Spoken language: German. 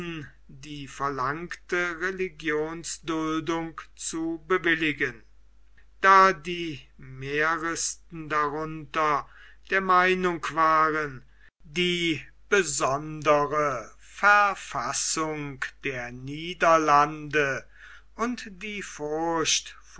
die verlangte religionsduldung zu bewilligen da die meisten darunter der meinung waren die besondere verfassung der niederlande und die furcht